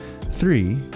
Three